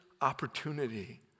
opportunity